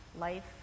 life